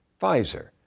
Pfizer